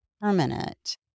permanent